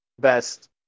best